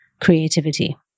creativity